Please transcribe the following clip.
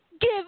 Give